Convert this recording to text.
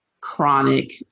chronic